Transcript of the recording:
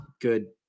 good